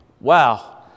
Wow